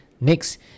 Next